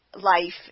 life